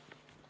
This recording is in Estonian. Kõik